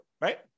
right